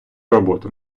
роботу